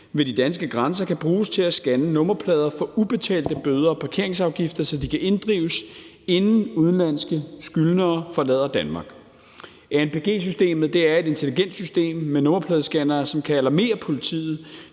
ved de danske grænser kan bruges til at scanne nummerplader for ubetalte bøder og parkeringsafgifter, så de kan inddrives, inden udenlandske skyldnere forlader Danmark. Anpg-systemet er et intelligent system med nummerpladescannere, som kan alarmere politiet,